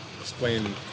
explain